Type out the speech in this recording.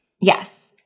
Yes